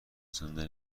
زنده